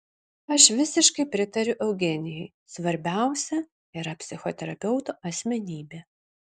aš visiškai pritariu eugenijui svarbiausia yra psichoterapeuto asmenybė